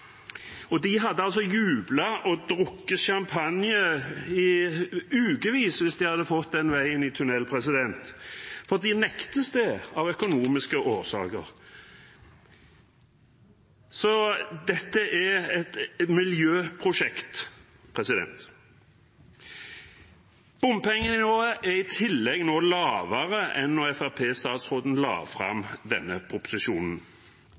De hadde jublet og drukket champagne i ukevis hvis de hadde fått den veien i tunnel, for de nektes det av økonomiske årsaker. Dette er et miljøprosjekt. Bompengenivået er i tillegg nå lavere enn da Fremskrittsparti-statsråden la fram denne proposisjonen.